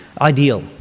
ideal